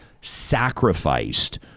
sacrificed